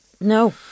No